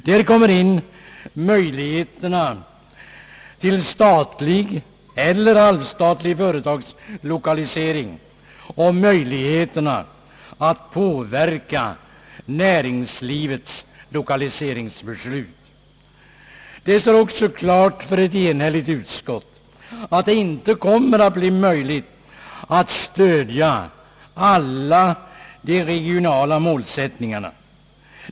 Där kommer in möjligheterna till statlig eller halvstatlig företagslokalisering och möjligheterna att påverka näringslivets lokaliseringsbeslut. Det står också klart för ett enhälligt utskott att det inte kommer att bli möjligt att stödja alla de regionala målsättningarna.